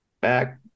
back